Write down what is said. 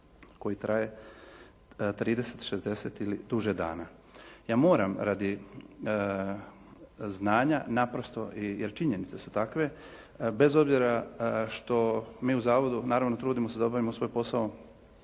koji traje 30, 60 ili duže dana. Ja moram radi znanja naprosto jer i činjenice su takve bez obzira što mi u zavodu naravno trudimo se da obavimo svoj posao